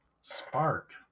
spark